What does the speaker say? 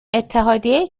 اتحادیه